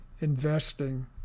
investing